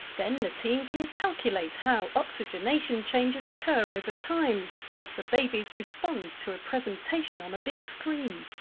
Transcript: then the team can calculate how oxygenation changes occur over time as the babies respond to a presentation on a big screen.